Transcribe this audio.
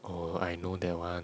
oh I know that one